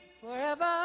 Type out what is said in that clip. forever